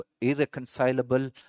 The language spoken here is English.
irreconcilable